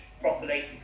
properly